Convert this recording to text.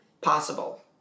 Possible